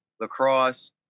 lacrosse